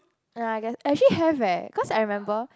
ya I guess actually have eh cause I remember